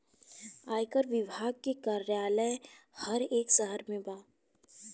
आयकर विभाग के कार्यालय हर एक शहर में बा